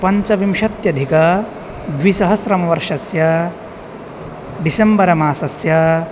पञ्चविंशत्यधिकद्विसहस्रमवर्षस्य December मासस्य